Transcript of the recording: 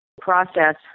process